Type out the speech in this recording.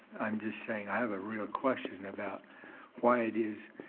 i'm just saying i have a real question about why it is,